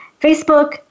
Facebook